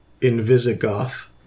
Invisigoth